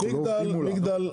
אנחנו לא עובדים מולם.